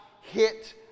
hit